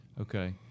Okay